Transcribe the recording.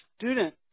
student